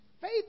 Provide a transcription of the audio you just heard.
Faith